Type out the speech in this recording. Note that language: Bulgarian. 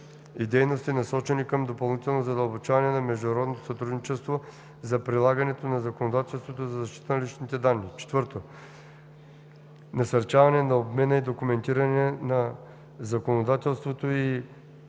и дейности, насочени към допълнително задълбочаване на международното сътрудничество за прилагането на законодателството за защита на личните данни; 4. насърчаване на обмена и документирането на законодателство и